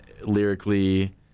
lyrically